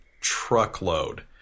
truckload